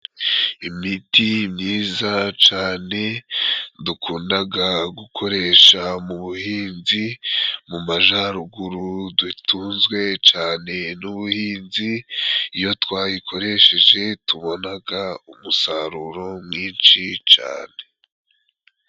Imiti myiza cane dukundaga gukoresha mu buhinzi ,mu Majaruguru dutunzwe cane n'ubuhinzi , iyo twayikoresheje tubonaga umusaruro mwinshi cane.